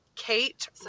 Kate